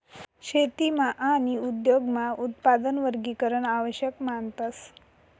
शेतीमा आणि उद्योगमा उत्पादन वर्गीकरण आवश्यक मानतस